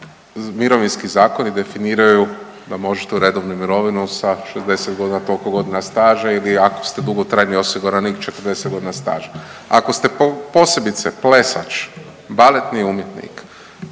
mirovinski zakoni definiraju da možete u redovnu mirovinu sa 60 godina, toliko godina staža ili ako ste dugotrajni osiguranik 40 godina staža. Ako ste posebice plesač, baletni umjetnik